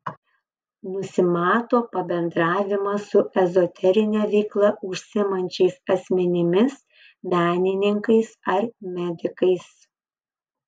nusimato pabendravimas su ezoterine veikla užsiimančiais asmenimis menininkais ar medikais